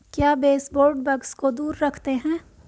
क्या baseboard bugs को दूर रखते हैं?